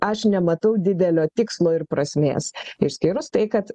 aš nematau didelio tikslo ir prasmės išskyrus tai kad